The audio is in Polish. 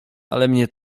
ale